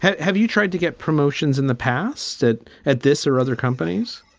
have have you tried to get promotions in the past that at this or other companies,